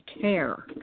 care